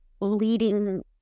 leading